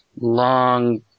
long